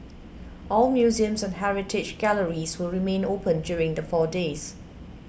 all museums and heritage galleries will remain open during the four days